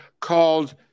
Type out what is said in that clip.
called